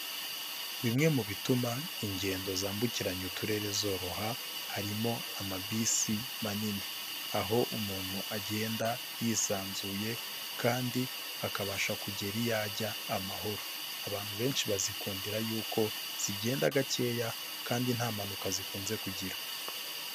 Bimwe mu bituma ingendo zambukiranya uturere zoroha harimo amabisi manini, aho umuntu agenda yisanzuye kandi akabasha kugera iyo ajya amahoro. Abantu benshi bazikundira yuko zigenda gakeya kandi nta mpanuka zikunze kugira.